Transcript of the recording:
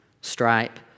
stripe